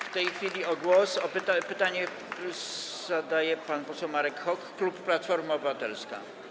W tej chwili pytanie zadaje pan poseł Marek Hok, klub Platforma Obywatelska.